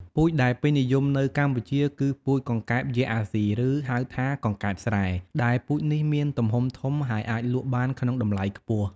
ពូជដែលពេញនិយមនៅកម្ពុជាគឺ ពូជកង្កែបយក្សអាស៊ី ឬហៅថា កង្កែបស្រែ ដែលពូជនេះមានទំហំធំ ហើយអាចលក់បានក្នុងតម្លៃខ្ពស់។